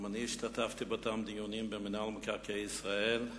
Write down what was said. גם אני השתתפתי באותם דיונים על מינהל מקרקעי ישראל,